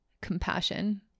compassion